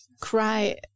cry